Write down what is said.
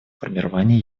формирование